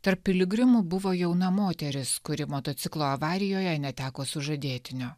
tarp piligrimų buvo jauna moteris kuri motociklo avarijoje neteko sužadėtinio